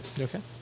Okay